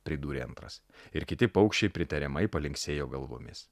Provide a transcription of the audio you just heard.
pridūrė antras ir kiti paukščiai pritariamai palinksėjo galvomis